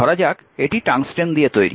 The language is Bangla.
ধরা যাক এটি টাংস্টেন দিয়ে তৈরি